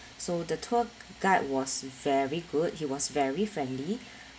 so the tour guide was very good he was very friendly